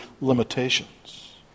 limitations